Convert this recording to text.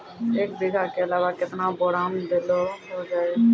एक बीघा के अलावा केतना बोरान देलो हो जाए?